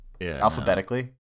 Alphabetically